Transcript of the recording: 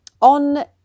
On